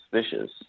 suspicious